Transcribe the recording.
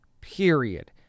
period